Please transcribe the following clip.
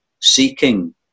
seeking